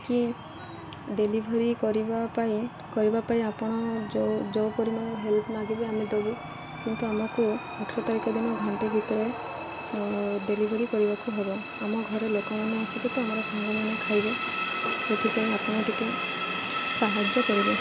କି ଡେଲିଭରି କରିବା ପାଇଁ କରିବା ପାଇଁ ଆପଣ ଯେଉଁ ଯେଉଁ ପରିମାଣର ହେଲ୍ପ ମାଗିବେ ଆମେ ଦବୁ କିନ୍ତୁ ଆମକୁ ଅଠର ତାରିଖ ଦିନ ଘଣ୍ଟେ ଭିତରେ ଡେଲିଭରି କରିବାକୁ ହବ ଆମ ଘରେ ଲୋକମାନେ ଆସିବେ ତ ଆମର ସାଙ୍ଗମାନେ ଖାଇବେ ସେଥିପାଇଁ ଆପଣ ଟିକେ ସାହାଯ୍ୟ କରିବେ